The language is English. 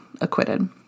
acquitted